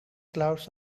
clouds